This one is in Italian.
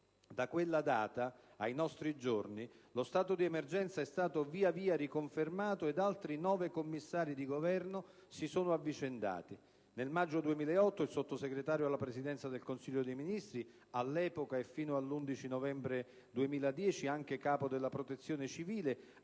Da quella data ai nostri giorni lo stato d'emergenza è stato via via riconfermato e altri nove commissari di Governo si sono avvicendati. Nel maggio 2008 il sottosegretario alla Presidenza del Consiglio dei ministri, all'epoca e fino all'11 novembre 2010 anche capo della Protezione civile,